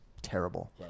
Terrible